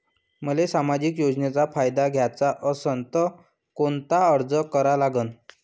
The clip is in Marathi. मले सामाजिक योजनेचा फायदा घ्याचा असन त कोनता अर्ज करा लागन?